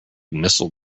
missile